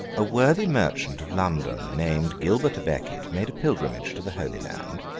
a worthy merchant of london, named gilbert a becket, made a pilgrimage to the holy land,